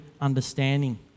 understanding